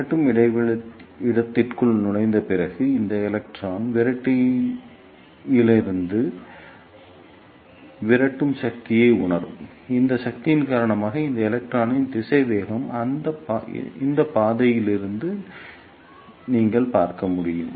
விரட்டும் இடத்திற்குள் நுழைந்த பிறகு இந்த எலக்ட்ரான் விரட்டியிலிருந்து விரட்டும் சக்தியை உணரும் இந்த சக்தியின் காரணமாக இந்த எலக்ட்ரானின் திசைவேகம் இந்த பாதையிலிருந்து நீங்கள் பார்க்க முடியும்